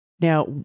Now